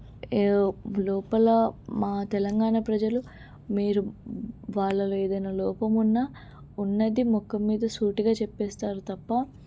ఏ లోపల మా తెలంగాణ ప్రజలు మీరు వాళ్ళలో ఏదన్నా లోపమున్నా ఉన్నదీ మొఖం మీద సూటిగా చెప్పేస్తారు తప్ప